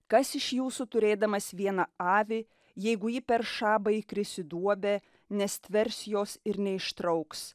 kas iš jūsų turėdamas vieną avį jeigu ji per šabą įkris į duobę nestvers jos ir neištrauks